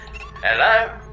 Hello